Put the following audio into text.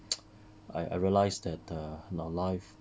I I realize that you know life